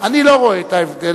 אני לא רואה את ההבדל,